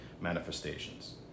manifestations